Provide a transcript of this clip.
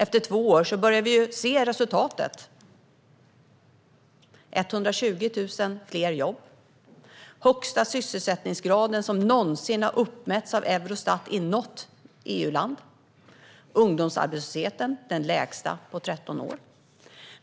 Efter två år börjar vi nu se resultatet: 120 000 fler jobb, den högsta sysselsättningsgrad som någonsin uppmätts av Eurostat i något EU-land och den lägsta ungdomsarbetslösheten på 13 år.